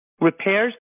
repairs